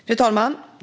Fru talman!